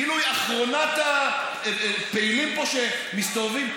כאילו היא אחרונת הפעילים שמסתובבים פה.